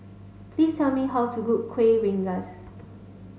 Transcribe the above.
please tell me how to cook Kuih Rengas